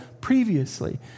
previously